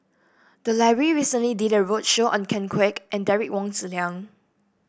the library recently did a roadshow on Ken Kwek and Derek Wong Zi Liang